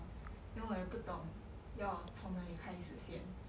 then 我也不懂要从哪里开始先